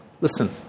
Listen